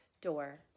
door